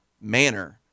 manner